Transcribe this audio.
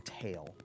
tail